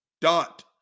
dot